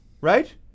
right